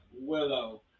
Willow